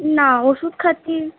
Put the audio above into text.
না ওষুধ খাচ্ছি